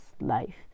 life